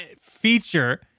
feature